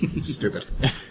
Stupid